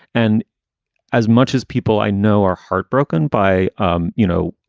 and as much as people i know are heartbroken by, um you know,